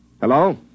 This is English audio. Hello